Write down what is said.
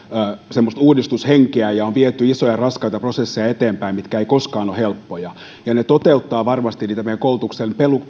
semmoista uudistushenkeä ja on viety isoja raskaita prosesseja eteenpäin mitkä eivät koskaan ole helppoja ne toteuttavat varmasti niitä meidän koulutuksen